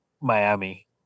Miami